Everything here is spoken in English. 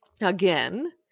Again